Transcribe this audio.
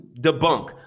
debunk